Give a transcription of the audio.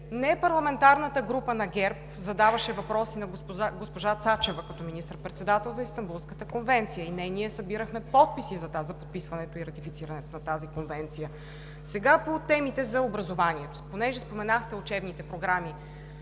не парламентарната група на ГЕРБ задаваше въпроси на госпожа Цачева като министър за Истанбулската конвенция и не ние събирахме подписи за подписването и ратифицирането на тази конвенция. Сега по темите за образованието, понеже споменахте учебните програми.